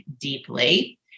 deeply